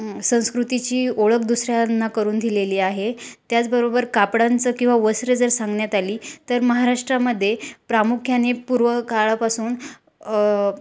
संस्कृतीची ओळख दुसऱ्यांना करून दिलेली आहे त्याचबरोबर कापडांचं किंवा वस्त्र जर सांगण्यात आली तर महाराष्ट्रामध्ये प्रामुख्याने पूर्व काळापासून